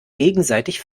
gegenseitig